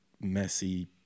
messy